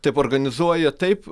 taip organizuoja taip